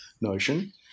notion